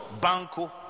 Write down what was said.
banco